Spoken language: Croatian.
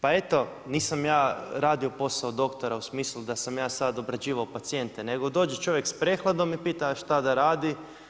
Pa eto nisam ja radio posao doktora u smislu da sam ja sad obrađivao pacijente, nego dođe čovjek sa prehladom i pita, a šta da radi.